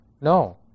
no